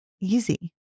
easy